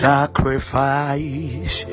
Sacrifice